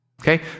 Okay